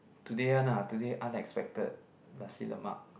today one lah today unexpected Nasi-Lemak